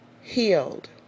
healed